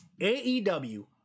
AEW